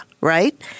right